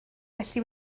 felly